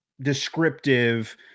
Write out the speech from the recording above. descriptive